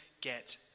get